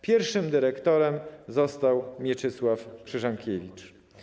Pierwszym dyrektorem został Mieczysław Krzyżankiewicz.